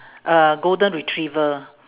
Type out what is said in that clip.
a golden retriever